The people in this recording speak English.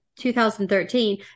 2013